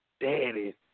Daddy